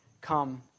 come